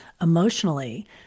emotionally